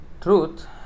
truth